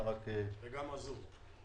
וגם אזור.